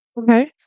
okay